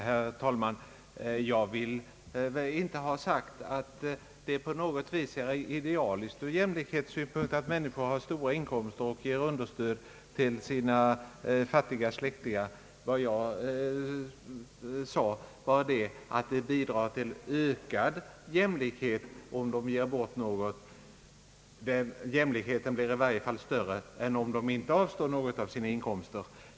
Herr talman! Jag vill inte ha sagt att det på något sätt är idealiskt ur jämlikhetssynpunkt att vissa människor har höga inkomster och ger understöd till sina fattiga släktingar. Vad jag sade var att de bidrar till ökad jämlikhet om de ger bort en del. Jämlikheten blir i varje fall större än om de inte avstår något av sin inkomst.